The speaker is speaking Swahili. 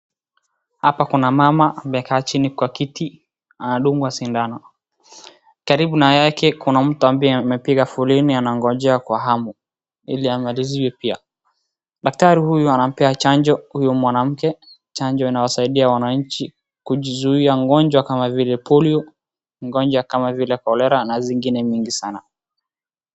Hapa kuna mama amekaa chini kwa kiti anadungwa sindano, karibu na yake kuna mtu ambaye amepiga foleni anangojea kwa hamu ili amaliziwe pia. Daktari huyu anampea chanjo huyu mwanamke chanjo inayosaidia wananchi kujizuia ugonjwa kama vile polio, ugonjwa kama vile kolera na zingine mingi sana.